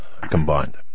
combined